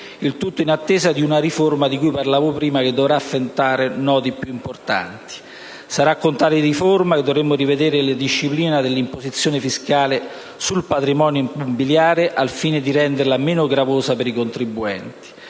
il tutto in attesa della riforma (di cui ho parlato poc'anzi) che dovrà affrontare nodi più importanti. Sarà con tale riforma che dovremo rivedere la disciplina dell'imposizione fiscale sul patrimonio immobiliare al fine di renderla meno gravosa per i contribuenti;